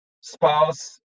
spouse